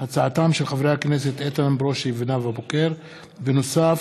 בהצעתם של חברי הכנסת איתן ברושי ונאוה בוקר בנושא: